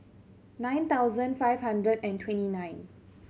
nine thousand five hundred and twenty nine